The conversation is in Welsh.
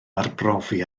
arbrofi